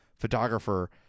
photographer